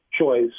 choice